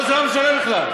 זה לא משנה בכלל.